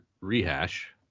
rehash